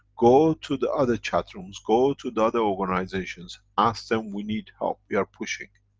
go to the other chat rooms, go to the other organizations, ask them we need help, we are pushing,